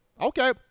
Okay